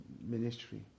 ministry